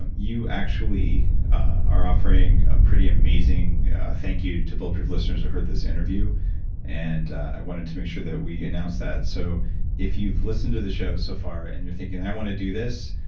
and you actually are offering a pretty amazing thank you to bulletproof listeners who heard this interview and i wanted to make sure that we announced that. so if you've listened to the show so far and you're thinking i want to do this,